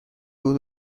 بود